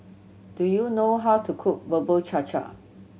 do you know how to cook Bubur Cha Cha